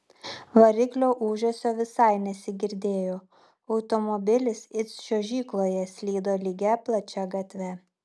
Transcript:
variklio ūžesio visai nesigirdėjo automobilis it čiuožykloje slydo lygia plačia gatve